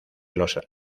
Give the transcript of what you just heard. los